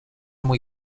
muy